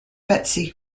betsy